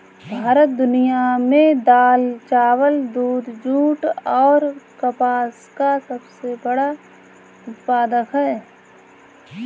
भारत दुनिया में दाल, चावल, दूध, जूट और कपास का सबसे बड़ा उत्पादक है